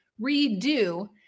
redo